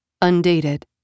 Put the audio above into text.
Undated